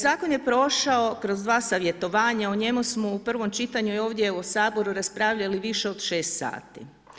Zakon je prošao kroz dva savjetovanja, o njemu smo u prvom čitanju ovdje u Saboru raspravljali više od 6 sati.